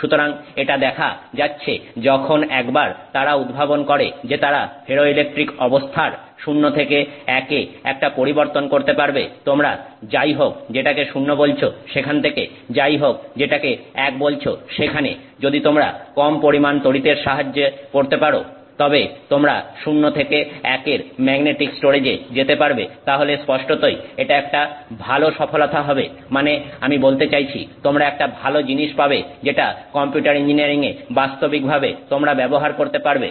সুতরাং এটা দেখা যাচ্ছে যখন একবার তারা উদ্ভাবন করে যে তারা ফেরোইলেকট্রিক অবস্থার 0 থেকে 1 এ একটা পরিবর্তন করতে পারবে তোমরা যাই হোক যেটাকে 0 বলছো সেখান থেকে যাই হোক যেটাকে 1 বলছো সেখানে যদি তোমরা কম পরিমান তড়িৎ এর সাহায্যে করতে পারো তবে তোমরা 0 থেকে 1 এর ম্যাগনেটিক স্টোরেজে যেতে পারবে তাহলে স্পষ্টতই এটা একটা ভালো সফলতা হবে মানে আমি বলতে চাইছি তোমরা একটা ভাল জিনিস পাবে যেটা কম্পিউটার ইঞ্জিনিয়ারিং এ বাস্তবিক ভাবে তোমরা ব্যবহার করতে পারবে